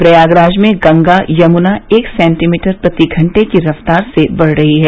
प्रयागराज में गंगा यमुना एक सेंटीमीटर प्रति घंटे की रफ्तार से बढ़ रही हैं